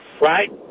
right